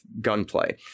gunplay